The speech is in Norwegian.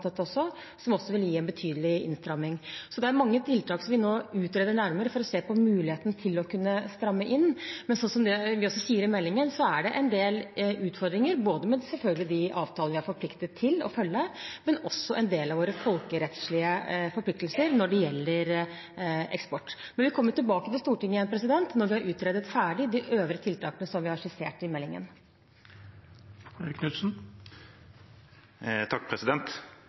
som også vil gi en betydelig innstramming. Så det er mange tiltak vi nå utreder nærmere for å se på mulighetene for å kunne stramme inn. Men som vi også sier i meldingen, er det en del utfordringer, både – selvfølgelig – med de avtaler vi er forpliktet til å følge, og med en del av våre folkerettslige forpliktelser når det gjelder eksport. Vi kommer tilbake til Stortinget når vi har utredet ferdig de øvrige tiltakene som vi har skissert i meldingen.